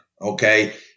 Okay